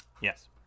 Yes